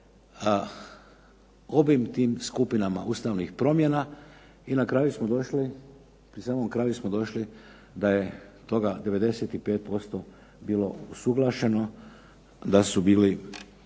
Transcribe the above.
obim tim skupinama ustavnih promjena i na kraju smo došli da je toga 95% bilo usuglašeno, da su se